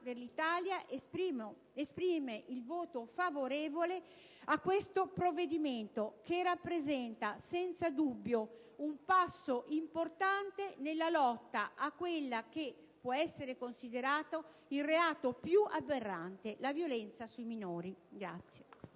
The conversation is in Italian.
per l'Italia su questo provvedimento, che rappresenta senza dubbio un passo importante nella lotta a quello che può essere considerato il reato più aberrante: la violenza sui minori.